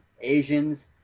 Asians